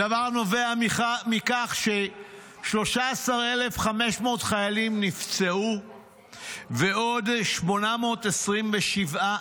הדבר נובע מכך ש-13,500 חיילים נפצעו ועוד 827,